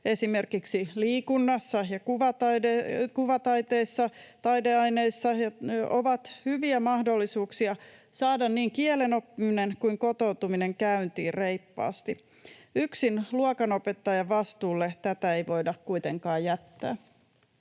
esimerkiksi liikunnassa ja taideaineissa ovat hyviä mahdollisuuksia saada niin kielenoppiminen kuin kotoutuminen käyntiin reippaasti. Yksin luokanopettajan vastuulle tätä ei voida kuitenkaan jättää.